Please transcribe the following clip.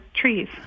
trees